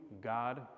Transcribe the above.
God